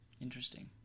Interesting